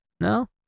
No